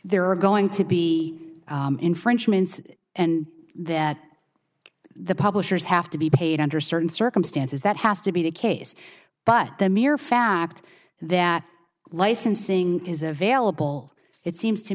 there are going to be infringements and that the publishers have to be paid under certain circumstances that has to be the case but the mere fact that licensing is available it seems to